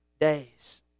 days